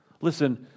Listen